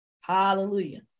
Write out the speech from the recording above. Hallelujah